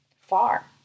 far